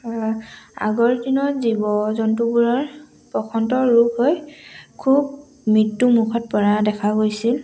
আগৰ দিনত জীৱ জন্তুবোৰৰ বসন্ত ৰোগ হৈ খুব মৃত্যুমুখত পৰা দেখা গৈছিল